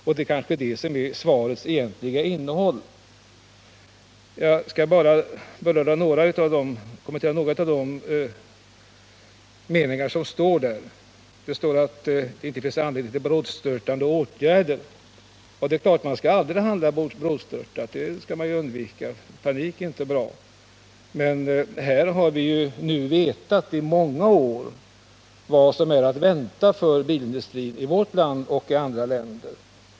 Men de här tankarna är kanske svarets egentliga innehåll, och jag skall kommentera några av de meningar som står på s. 2. Där står t.ex.: ”Det finns emellertid för den skull inte anledning till brådstörtade åtgärder från statens sida.” Självfallet bör man aldrig handla brådstörtat. Man skall naturligtvis undvika det, för panik är ju inte bra. Men vi har under många år vetat vad som är att vänta när det gäller bilindustrin i vårt land och i andra länder.